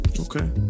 Okay